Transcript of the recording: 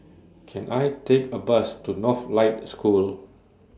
Can I Take A Bus to Northlight School